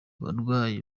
abarwayi